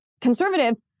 conservatives